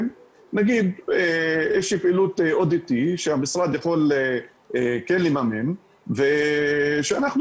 נגיד איזוהי פעילות --- שהמשרד יכול כן לממן ושאנחנו